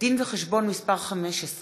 דין-וחשבון מס' 15